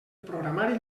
programari